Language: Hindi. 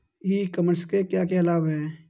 ई कॉमर्स के क्या क्या लाभ हैं?